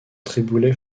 triboulet